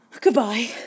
Goodbye